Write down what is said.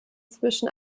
zwischen